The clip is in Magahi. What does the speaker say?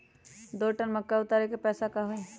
दो टन मक्का उतारे के पैसा का होई?